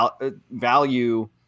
value